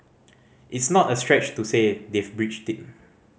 it's not a stretch to say they've breached it